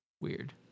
weird